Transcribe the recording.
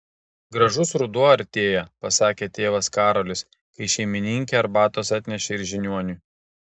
gražus ruduo artėja pasakė tėvas karolis kai šeimininkė arbatos atnešė ir žiniuoniui